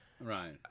Right